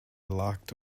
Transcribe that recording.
locked